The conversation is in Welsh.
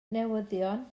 newyddion